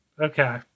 Okay